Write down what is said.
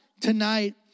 tonight